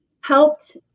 helped